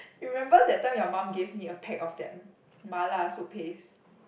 remember that time your mum gave me a pack of that mala soup paste